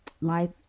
life